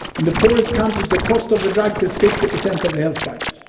in the poorest countries the cost of the drugs is fifty percent of the health budget,